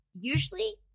Usually